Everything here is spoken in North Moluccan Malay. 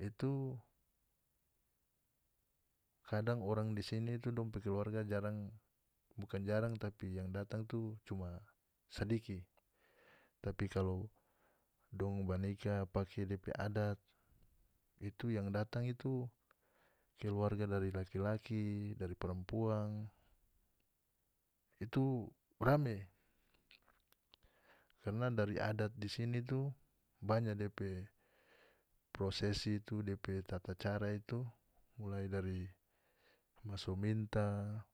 itu kadang orang di sini itu dong pe keluarga jarang bukan jarang tapi yang datang itu cuma sadiki tapi kalu dong ba nikah pake depe adat itu yang datang itu keluarga dari laki-laki dari parampuang itu rame karna dari adat di sini itu banya depe prosesi depe tata cara itu mulai dari maso minta.